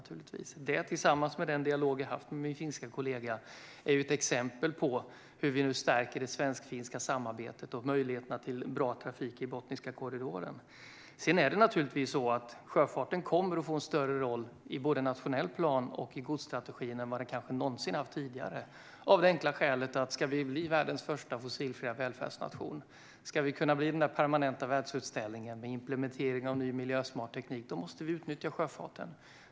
Tillsammans med den dialog jag har haft med min finska kollega är det ett exempel på hur vi nu stärker det svensk-finska samarbetet och möjligheterna till bra trafik i Bottniska korridoren. Sjöfarten kommer att få en större roll i både i den nationella planen och i godsstrategin än vad den kanske haft någonsin tidigare. Det enkla skälet till det är att vi, om vi ska bli världens första fossilfria välfärdsnation och kunna bli den där permanenta världsutställningen med implementering av ny miljösmart teknik, måste utnyttja sjöfarten.